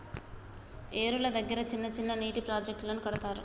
ఏరుల దగ్గర చిన్న చిన్న నీటి ప్రాజెక్టులను కడతారు